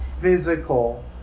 physical